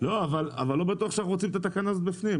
אבל לא בטוח שאנחנו רוצים את התקנה הזו בפנים,